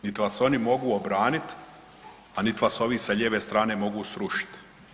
Niti vas oni mogu obraniti, a niti vas ovi sa lijeve strane mogu srušiti.